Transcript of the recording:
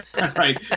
right